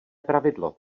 pravidlo